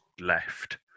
left